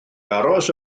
aros